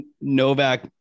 Novak